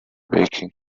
making